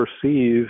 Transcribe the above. perceive